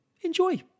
enjoy